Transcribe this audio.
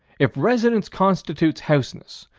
if residence constitutes houseness,